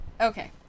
Okay